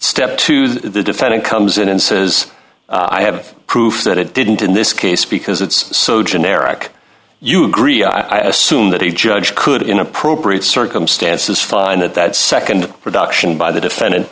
step to the defendant comes in and says i have proof that it didn't in this case because it's so generic you agree i assume that a judge could in appropriate circumstances find that that nd reduction by the defendant